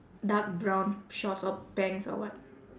dark brown shorts or pants or what